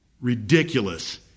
ridiculous